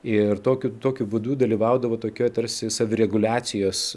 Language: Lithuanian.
ir tokiu tokiu būdu dalyvaudavo tokioj tarsi savireguliacijos